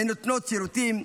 הן נותנות שירותים,